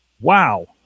Wow